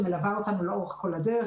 שמלווה אותנו לאורך כל הדרך.